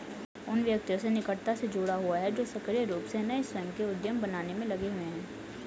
उन व्यक्तियों से निकटता से जुड़ा हुआ है जो सक्रिय रूप से नए स्वयं के उद्यम बनाने में लगे हुए हैं